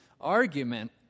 argument